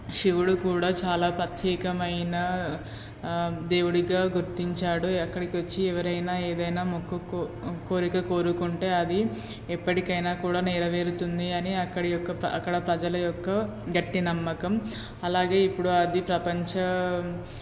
శివుడు కూడా చాలా పత్యేకమైన దేవుడిగా గుర్తించాడు అక్కడికి వచ్చి ఎవరైనా ఏదైనా మొక్కుకో కోరిక కోరుకుంటే అది ఎప్పటికైనా కూడా నెరవేరుతుంది అని అక్కడి యొక్క అక్కడ ప్రజల యొక్క గట్టి నమ్మకం అలాగే ఇప్పుడు అది ప్రపంచ